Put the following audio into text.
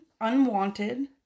unwanted